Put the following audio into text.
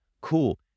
cool